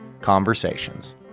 conversations